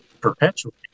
perpetually